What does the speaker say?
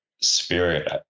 spirit